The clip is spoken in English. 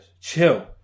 chill